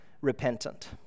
repentant